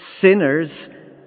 sinners